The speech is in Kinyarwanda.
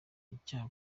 icyaha